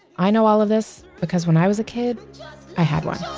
i know all of this because when i was a kid i had one.